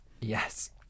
yes